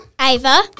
Ava